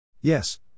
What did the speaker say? Yes